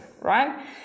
right